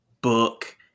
book